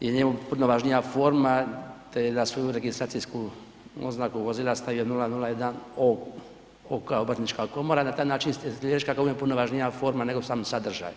je njemu puno važnija forma, te da su registracijsku oznaku vozila stavili 001 OK kao obrtnička komora, na taj način ste … [[Govornik se ne razumije]] kako je puno važnija forma, nego sam sadržaj.